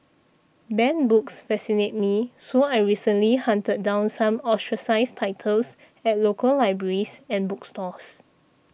banned books fascinate me so I recently hunted down some ostracised titles at local libraries and bookstores